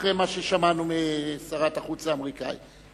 אחרי מה ששמענו משרת החוץ האמריקנית.